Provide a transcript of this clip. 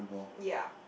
ya